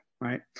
Right